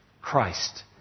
Christ